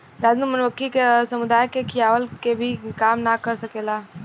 रानी मधुमक्खी समुदाय के खियवला के भी काम ना कर सकेले